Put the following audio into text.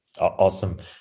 Awesome